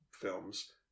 films